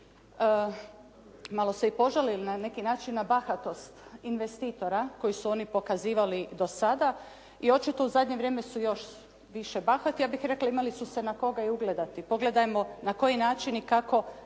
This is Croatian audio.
malo se i požalili na neki način, na bahatost investitora koji su oni pokazivali do sada i očito u zadnje vrijeme su još više bahati. Ja bih rekla imali su se na koga i ugledati. Pogledajmo na koji način i kako